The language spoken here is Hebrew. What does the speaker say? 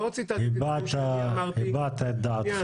לא ציטטתי דברים שאני אמרתי.